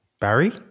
Barry